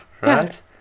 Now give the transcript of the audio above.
Right